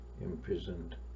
imprisoned